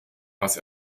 was